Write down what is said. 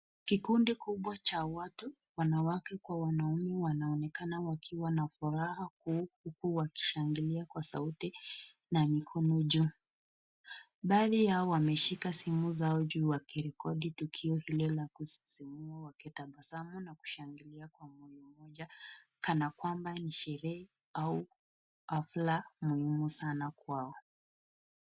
Kikundi kubwa cha watu, wanawake kwa wanaume wanaonekana wakiwa na furaha kuu huku wakishangilia kwa sauti na mikono juu. Baadhi yao wameshika simu zao juu wakirekodi tukio hilo la kusisimua wakitabasamu na kushangilia kwa moyo moja kana kwamba ni sherehe au afla muhimu kwao.